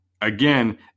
again